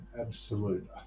absolute